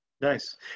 Nice